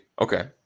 Okay